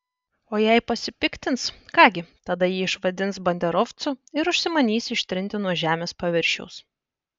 o jei pasipiktins ką gi tada jį išvadins banderovcu ir užsimanys ištrinti nuo žemės paviršiaus